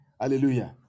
Hallelujah